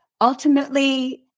ultimately